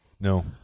No